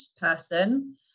person